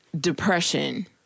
depression